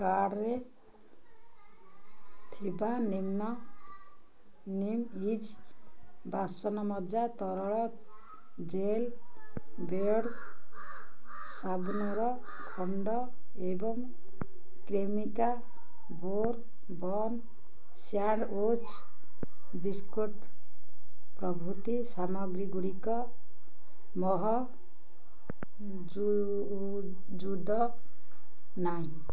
କାର୍ଡ଼ରେ ଥିବା ନିମ୍ନ ନିମ୍ ଇଜ୍ ବାସନମଜା ତରଳ ଜେଲ୍ ବେୟର୍ଡ଼୍ ସାବୁନର ଖଣ୍ଡ ଏବଂ କ୍ରେମିକା ବୋର୍ବନ୍ ସ୍ୟାଣ୍ଡ୍ୱିଚ୍ ବିସ୍କୁଟ୍ ପ୍ରଭୃତି ସାମଗ୍ରୀଗୁଡ଼ିକ ମହଜୁଦ ନାହିଁ